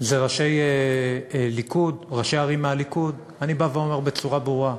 הם ראשי ערים מהליכוד, אני אומר בצורה ברורה: